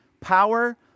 power